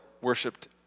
worshipped